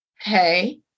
Hey